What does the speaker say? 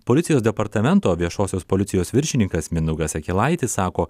policijos departamento viešosios policijos viršininkas mindaugas akelaitis sako